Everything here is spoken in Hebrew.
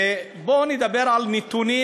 בואו נדבר על נתונים,